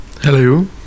Hello